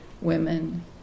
women